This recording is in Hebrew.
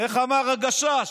איך אמר הגשש?